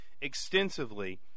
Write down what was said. extensively